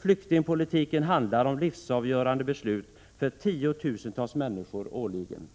Flyktingpolitiken handlar om livsavgörande beslut för tiotusentals människor årligen.